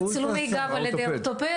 וצילומי גב על ידי אורתופד,